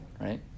right